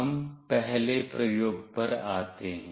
हम पहले प्रयोग पर आते हैं